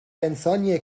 انسانیه